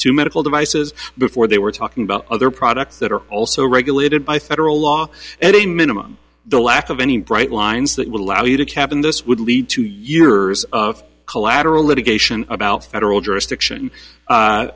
two medical devices before they were talking about other products that are also regulated by federal law and a minimum the lack of any bright lines that would allow you to cap and this would lead to years of collateral litigation about federal jurisdiction a